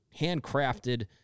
handcrafted